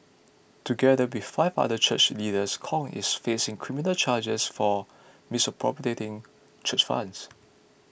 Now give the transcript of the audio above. together with five other church leaders Kong is facing criminal charges for misappropriating church funds